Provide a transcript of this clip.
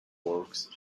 wars